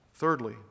Thirdly